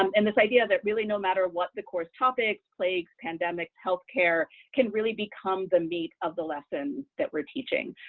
um and this idea that, really, no matter what the course topic, plagues, pandemics, healthcare, can really become the meat of the lessons that we're teaching,